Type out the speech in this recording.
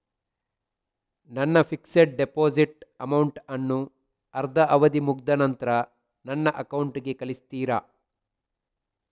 ನನ್ನ fixed deposit amount ಅನ್ನು ಅದ್ರ ಅವಧಿ ಮುಗ್ದ ನಂತ್ರ ನನ್ನ ಅಕೌಂಟ್ ಗೆ ಕಳಿಸ್ತೀರಾ?